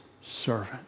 servant